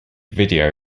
video